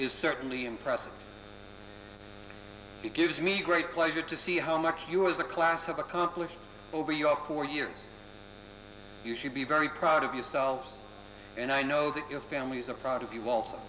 is certainly impressive it gives me great pleasure to see how much you as a class have accomplished over your poor years you should be very proud of yourselves and i know that your families are proud of you wal